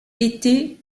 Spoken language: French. été